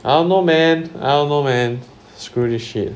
I don't know man I don't know man screw this shit